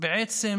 בעצם